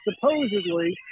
supposedly